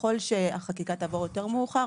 ככל שהחקיקה תעבור יותר מאוחר,